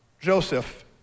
Joseph